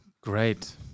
Great